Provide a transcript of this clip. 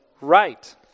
right